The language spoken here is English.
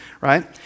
right